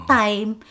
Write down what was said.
time